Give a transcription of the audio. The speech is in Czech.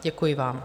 Děkuji vám.